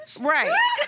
Right